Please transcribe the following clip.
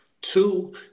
Two